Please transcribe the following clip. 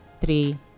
three